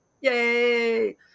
Yay